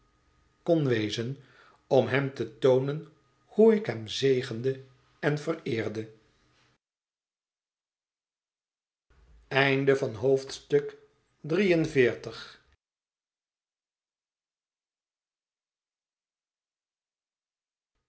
kon wezen om hem te toonen hoe ik hem zegende en vereerde